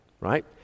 right